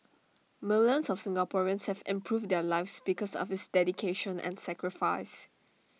millions of Singaporeans have improved their lives because of his dedication and sacrifice